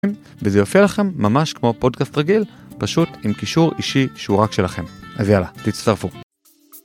וזה יופיע לכם ממש כמו פודקאסט רגיל, פשוט עם קישור אישי שהוא רק שלכם אז יאללה תצטרפו